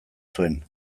zuen